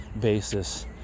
basis